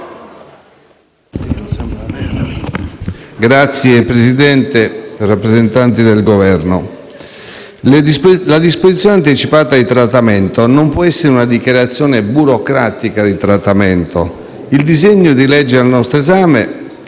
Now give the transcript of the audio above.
Signora Presidente, rappresentanti del Governo, la disposizione anticipata di trattamento non può essere una dichiarazione burocratica di trattamento. Il disegno di legge al nostro esame,